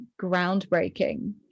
groundbreaking